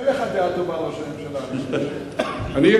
אין לך דעה טובה על ראש הממשלה, אני מבין.